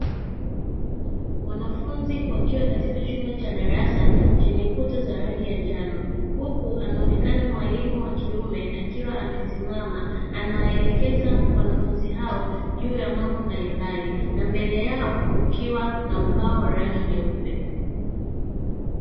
Wanafunzi wakiwa katika chumba cha darasa chenye kuta za rangi ya njano, huku anaonekana mwalimu wa kiume akiwa amesimama anawaelekeza wanafunzi hao juu ya mambo mbalimbali na mbele yao kukiwa na ubao wa rangi nyeupe.